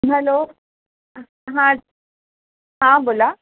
hello हां हां बोला